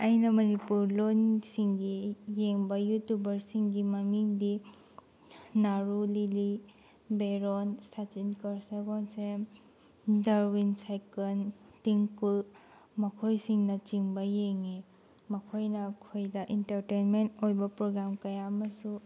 ꯑꯩꯅ ꯃꯅꯤꯄꯨꯔ ꯂꯣꯟꯁꯤꯡꯒꯤ ꯌꯦꯡꯕ ꯌꯨꯇꯨꯞꯕꯔꯁꯤꯡꯒꯤ ꯃꯃꯤꯡꯗꯤ ꯅꯥꯔꯨ ꯂꯤꯂꯤ ꯕꯦꯔꯣꯟ ꯁꯆꯤꯟꯀꯔ ꯁꯒꯣꯜꯁꯦꯝ ꯗꯥ꯭ꯔꯋꯤꯟ ꯁꯥꯔꯀꯜ ꯇꯤꯡꯀꯨꯜ ꯃꯈꯣꯏꯁꯤꯡꯅ ꯆꯤꯡꯕ ꯌꯦꯡꯉꯤ ꯃꯈꯣꯏꯅ ꯑꯩꯈꯣꯏꯗ ꯏꯟꯇꯔꯇꯦꯟꯃꯦꯟ ꯑꯣꯏꯕ ꯄ꯭ꯔꯣꯒ꯭ꯔꯥꯝ ꯀꯌꯥ ꯑꯃꯁꯨ